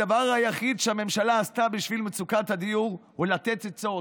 הדבר היחיד שהממשלה עשתה בשביל מצוקת הדיור הוא לתת עצות.